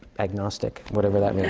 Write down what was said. agnostic. whatever that means.